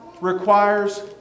requires